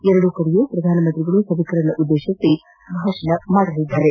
ಎರಡೂ ಕಡೆಯೂ ಪ್ರಧಾನಿಯವರು ಸಭಿಕರನ್ನು ಉದ್ದೇಶಿಸಿ ಭಾಷಣ ಮಾಡಲಿದ್ದಾರೆ